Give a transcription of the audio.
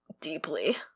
deeply